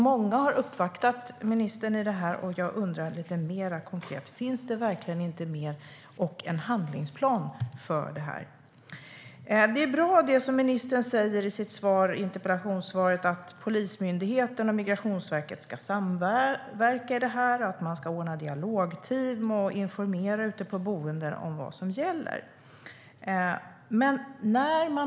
Många har uppvaktat ministern om detta, och jag undrar lite mer konkret: Finns det verkligen inte någon handlingsplan för detta? Ministern säger i sitt interpellationssvar att Polismyndigheten och Migrationsverket ska samverka och ordna dialogtid och informera ute på boendena om vad som gäller. Det är bra.